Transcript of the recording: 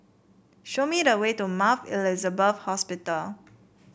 show me the way to Mount Elizabeth Hospital